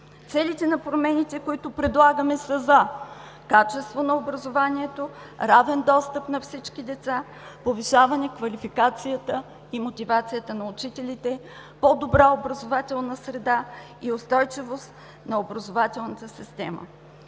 Целите на промените, които предлагаме са за качеството на образованието, равен достъп на всички деца, повишаване квалификацията и мотивацията на учителите. По-добра образователна среда и устойчивост на образователната система.